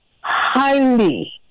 highly